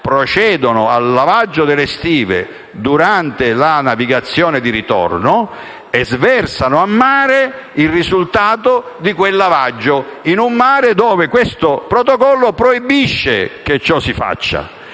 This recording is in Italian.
procedono al lavaggio delle stesse durante la navigazione di ritorno e sversano in mare il risultato di quel lavaggio; in un mare dove questo protocollo proibisce che ciò si faccia.